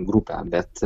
grupę bet